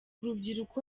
urubyiruko